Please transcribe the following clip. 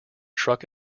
truck